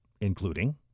including